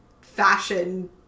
fashion